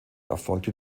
erfolgte